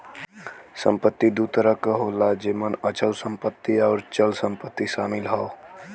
संपत्ति दू तरह क होला जेमन अचल संपत्ति आउर चल संपत्ति शामिल हौ